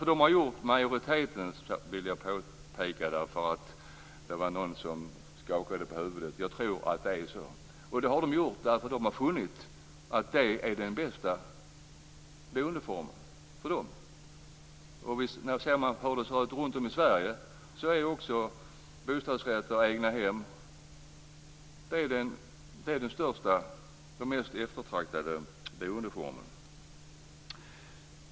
Jag talar om majoriteten, vill jag påpeka, därför att någon här skakade på huvudet. Jag tror att det är så. Det gör de därför att de har funnit att det är den bästa boendeformen för dem. Ser man hur det ser ut runtom i Sverige så är också bostadsrätt och egnahem de mest eftertraktade boendeformerna.